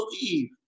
believe